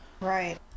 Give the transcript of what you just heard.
Right